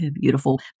beautiful